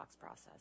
process